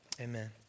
Amen